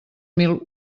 mil